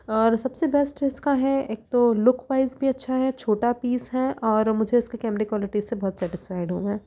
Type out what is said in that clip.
और सबसे बेस्ट इसका है एक तो लुक वाइज़ भी अच्छा है छोटा पीस है और मुझे इसके कमरे क्वालिटी से बहुत सेटिस्फाइड हूँ मैं